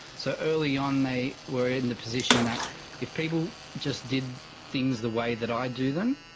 so early on they were in the position that if people just did things the way that i do them,